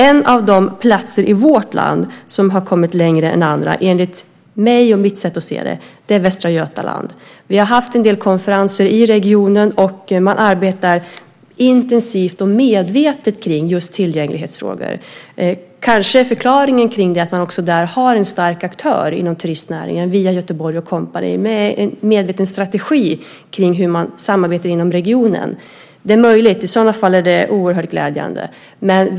En av de platser i vårt land som har kommit längre än andra enligt mig och mitt sätt att se det är Västra Götaland. Vi har haft en del konferenser i regionen. Man arbetar intensivt och medvetet med just tillgänglighetsfrågor. Kanske är förklaringen att man också där har en stark aktör inom turistnäringen via Göteborg & Co med en medveten strategi om hur man samarbetar inom regionen. Det är möjligt att det är så. I sådana fall är det oerhört glädjande.